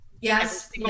Yes